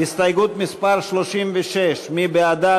הסתייגות מס' 36, מי בעדה?